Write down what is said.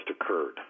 occurred